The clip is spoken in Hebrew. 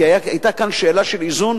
כי היתה כאן שאלה של איזון,